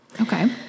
Okay